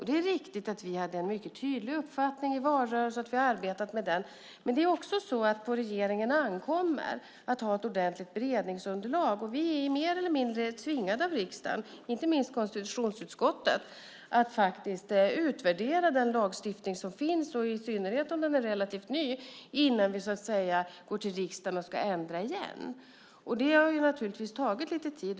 Det är riktigt att vi hade en mycket tydlig uppfattning i valrörelsen, och vi har arbetat efter den, men det ankommer också på regeringen att ha ett ordentligt beredningsunderlag. Vi är mer eller mindre tvingade av riksdagen, inte minst av konstitutionsutskottet, att faktiskt utvärdera den lagstiftning som finns, i synnerhet om den är relativt ny, innan vi går till riksdagen för att ändra igen. Det har naturligtvis tagit lite tid.